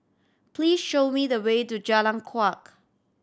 please show me the way to Jalan Kuak